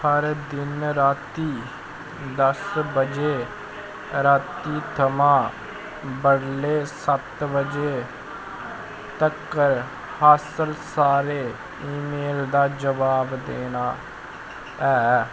हर दिन रातीं दस बजे रातीं थमां बडलै सत्त बजे तक्कर हासल सारे ईमेल दा जवाब देना ऐ